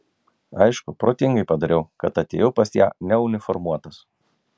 aišku protingai padariau kad atėjau pas ją neuniformuotas